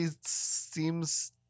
seems